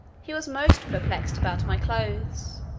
he was most perplexed about my clothes,